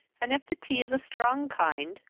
and if the tea is a strong kind,